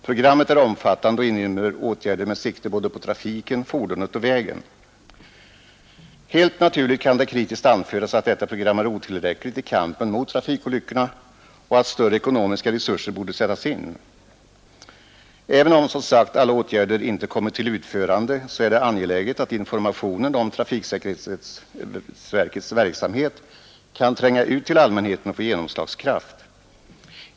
Programmet är omfattande och inrymmer åtgärder med sikte både på trafiken, fordonet och vägen. Helt naturligt kan det kritiskt anföras att detta program är otillräckligt i kampen mot trafikolyckorna och att större ekonomiska resurser borde sättas in. Även om, som sagt, alla åtgärder inte kommit till utförande, är det angeläget att informationen om trafiksäkerhetsverkets verksamhet kan tränga ut till allmänheten och få genomslagskraft.